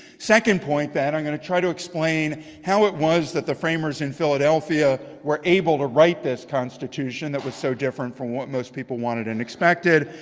second point that i'm going to try to explain how it was that the framers in philadelphia were able to write this constitution that was so different from what most people wanted and expected.